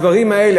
הדברים האלה,